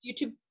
youtube